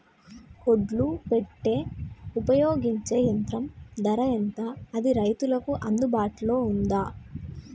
ఒడ్లు పెట్టే ఉపయోగించే యంత్రం ధర ఎంత అది రైతులకు అందుబాటులో ఉందా?